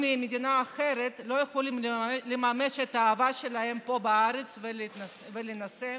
ממדינה אחרת לא יכולים לממש פה בארץ את האהבה שלהם ולהינשא?